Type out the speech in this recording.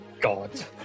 god